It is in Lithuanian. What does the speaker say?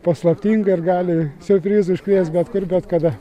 paslaptinga ir gali siurprizų iškviest bet kur bet kada